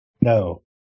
No